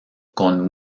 con